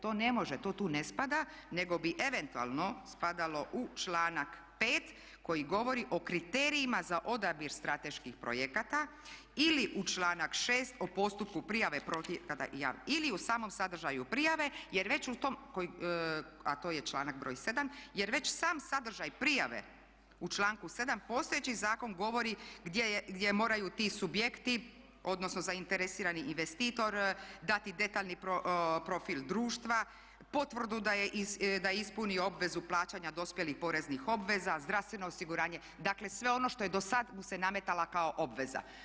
To ne može, to tu ne spada nego bi eventualno spadalo u članak 5. koji govori o kriterijima za odabir strateških projekata ili u članak 6. o postupku prijave projekata ili u samom sadržaju prijave jer već u tom, a to je članak br. 7. jer već sam sadržaj prijave u članku 7. postojeći zakon govori gdje moraju ti subjekti odnosno zainteresirani investitor dati detaljni profil društva, potvrdu da je ispunio obvezu plaćanja dospjelih poreznih obveza, zdravstveno osiguranje, dakle sve ono što je do sada mu se nametala kao obveza.